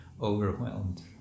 overwhelmed